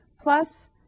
Plus